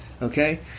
Okay